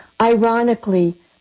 Ironically